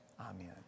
Amen